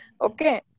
Okay